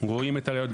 ורואים את הראיות.